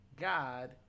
God